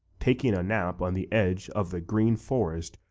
taking a nap on the edge of the green forest,